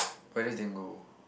pointless then go